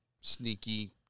sneaky